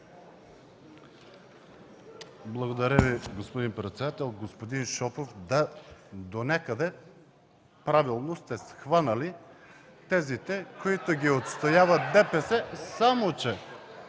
Благодаря Ви, господин председател. Господин Шопов, да, донякъде правилно сте схванали тезите, които отстоява ДПС.